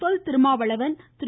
தொல் Thirumavalavan திரு